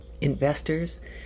Investors